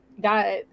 God